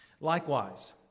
Likewise